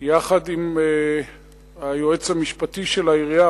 יחד עם היועץ המשפטי של העירייה,